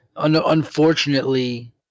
unfortunately